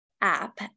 app